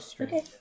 okay